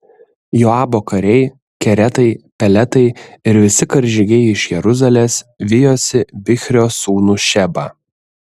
joabo kariai keretai peletai ir visi karžygiai iš jeruzalės vijosi bichrio sūnų šebą